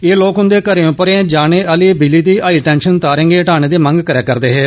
एह् लोक उन्दे घरें उप्परें जाने आहली बिजली दी हाई टैंशन तारें गी हटाने दी मंग करा करदे हे